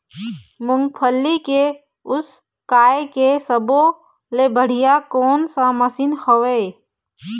मूंगफली के उसकाय के सब्बो ले बढ़िया कोन सा मशीन हेवय?